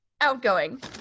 outgoing